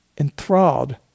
enthralled